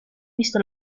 visto